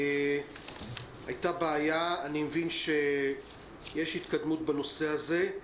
אני מבין שהייתה בעיה בנושא הזה.